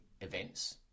events